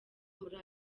muri